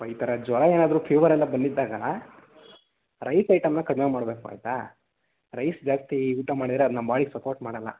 ಈ ಥರ ಜ್ವರ ಏನಾದ್ರೂ ಫೀವರ್ ಎಲ್ಲ ಬಂದಿದ್ದಾಗ ರೈಸ್ ಐಟೆಮ್ಮನ್ನ ಕಡಿಮೆ ಮಾಡಬೇಕು ಆಯಿತಾ ರೈಸ್ ಜಾಸ್ತಿ ಊಟ ಮಾಡಿದರೆ ಅದು ನಮ್ಮ ಬಾಡಿಗೆ ಸಪೋರ್ಟ್ ಮಾಡೊಲ್ಲ